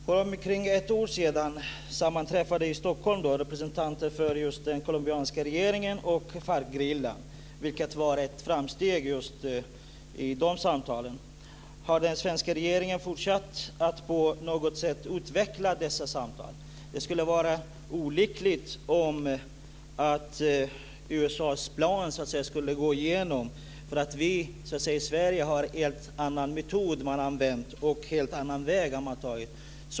Fru talman! För omkring ett år sedan sammanträffade i Stockholm representanter för den colombianska regeringen och FARC-gerillan, vilket var ett framsteg i samtalen. Har den svenska regeringen fortsatt att på något sätt utveckla dessa samtal? Det skulle vara olyckligt om USA:s plan gick igenom. Vi i Sverige har ju använt en helt annan metod och tagit en helt annan väg.